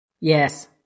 Yes